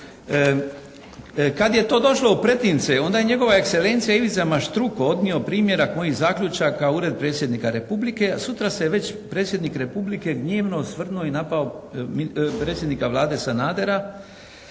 kada je to došlo u pretince onda je Nj.E. Ivica Maštruko odnio primjerak mojih zaključaka u Ured predsjednika Republike, sutra se već Predsjednik Republike gnjevno osvrnuo i napao predsjednika Vlade Sanadera